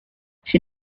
she